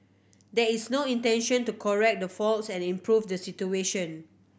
there is no intention to correct the faults and improve the situation